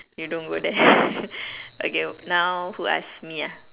you don't go there okay now who ask me ah